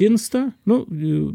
tinsta nu vu